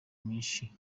myinshi